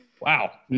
Wow